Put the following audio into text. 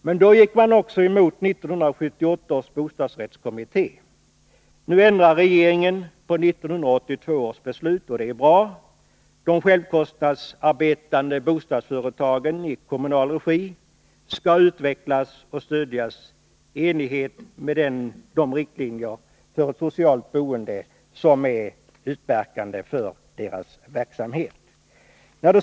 Men då gick man också emot 1978 års bostadsrättskommitté. Nu ändrar regeringen på 1982 års beslut, och det är bra. De bostadsföretag i kommunal regi som arbetar efter självkostnadsprincipen skall utvecklas och stödjas i enlighet med de riktlinjer för ett socialt boende som är utmärkande för deras verksamhet.